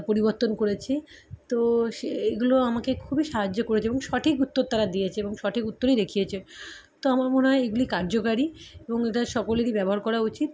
পরিবর্তন করেছি তো সে এইগুলো আমাকে খুবই সাহায্য করেছে এবং সঠিক উত্তর তারা দিয়েছে এবং সঠিক উত্তরই দেখিয়েছে তো আমার মনে হয় এগুলি কার্যকারী এবং এটা সকলেরই ব্যবহার করা উচিত